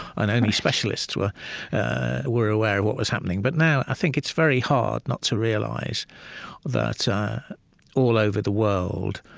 and only specialists were were aware of what was happening. but now, i think, it's very hard not to realize that all over the world,